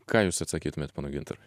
ką jūs atsakytumėt ponui gintarui